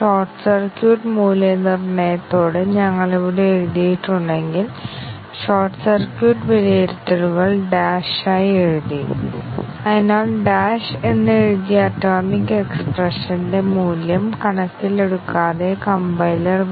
എല്ലാ പ്രസ്താവനകളും ചില ശാഖകളിലാണെന്ന ഈ വാദം ഞാൻ ആവർത്തിക്കട്ടെ അതിനാൽ എല്ലാ ശാഖകളും മൂടിയിട്ടുണ്ടെങ്കിൽ എല്ലാ പ്രസ്താവനകളും മൂടിയിരിക്കണം അങ്ങനെ ബ്രാഞ്ച് കവറേജ് സ്റ്റേറ്റ്മെന്റ് കവറേജ് കൈവരിക്കുമെന്ന് കാണിക്കുന്നു എന്നാൽ ആ സ്റ്റേറ്റ്മെന്റ് കവറേജ് എങ്ങനെ നേടാനാകില്ലെന്ന് ഞങ്ങൾ കാണിക്കും ബ്രാഞ്ച് കവറേജ്